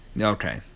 okay